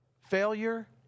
failure